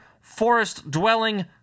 forest-dwelling